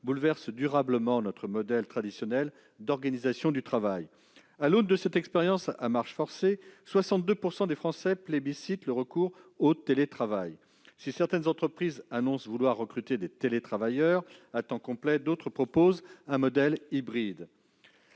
bouleverse durablement notre modèle traditionnel d'organisation du travail. À l'aune de cette expérience à marche forcée, 62 % des Français plébiscitent le recours au télétravail. Si certaines entreprises annoncent vouloir recruter des télétravailleurs à temps complet, d'autres proposent un modèle hybride.